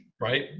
right